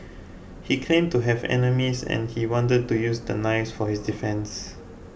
he claimed to have enemies and he wanted to use the knives for his defence